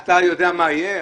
אתה יודע מה יהיה?